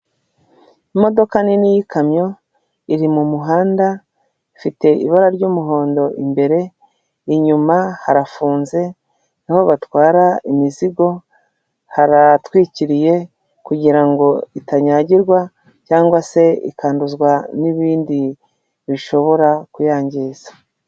Imodoka nini y'ikamyo, iri mu muhanda ifite ibara ry'umuhondo imbere, inyuma harafunze niho batwara imizigo, haratwikiriye kugira ngo itanyagirwa cyangwa se ikanduzwa n'ibindi bishobora kuyangiza.